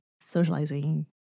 socializing